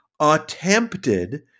attempted